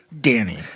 Danny